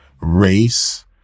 race